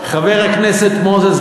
חבר הכנסת מוזס,